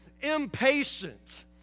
impatient